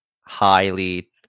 highly